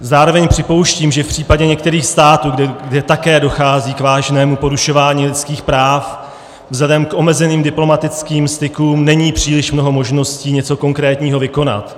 Zároveň připouštím, že v případě některých států, kde také dochází k vážnému porušování lidských práv, vzhledem k omezeným diplomatickým stykům není příliš mnoho možností něco konkrétního vykonat.